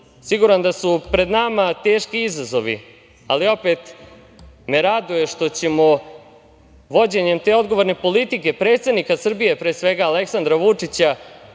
siguran da su pred nama teški izazovi, ali opet me raduje što ćemo vođenjem te odgovorne politike predsednika Srbije, pre svega Aleksandra Vučića,